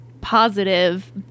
positive